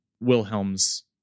Wilhelm's